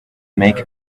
make